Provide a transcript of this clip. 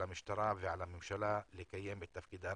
המשטרה ועל הממשלה לקיים את תפקידה.